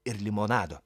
ir limonado